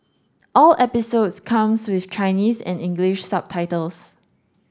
all episodes comes with Chinese and English subtitles